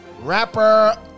Rapper